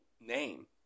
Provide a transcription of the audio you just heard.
name